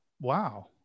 wow